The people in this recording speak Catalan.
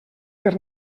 per